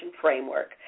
framework